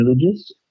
religious